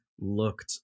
looked